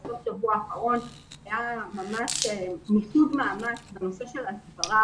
בסוף השבוע האחרון היה ממש מיסוד מאמץ בנושא של הסברה,